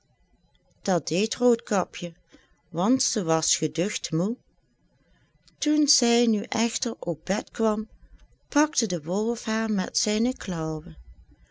dat deed roodkapje want ze was geducht moê toen zij nu echter op bed kwam pakte de wolf haar met zijne